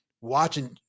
watching